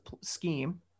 scheme